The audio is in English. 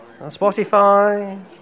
Spotify